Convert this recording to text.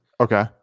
Okay